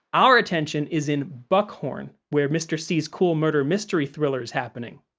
our attention is in buckhorn where mr. c's cool murder mystery thriller is happening.